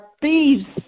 thieves